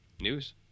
News